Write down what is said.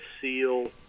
seal